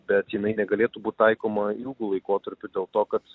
bet jinai negalėtų būt taikoma ilgu laikotarpiu dėl to kad